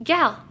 Gal